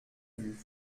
vue